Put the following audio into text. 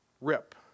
rip